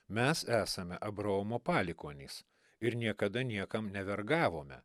mes esame abraomo palikuonys ir niekada niekam nevergavome